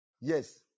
Yes